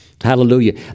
Hallelujah